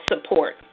support